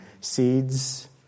Seeds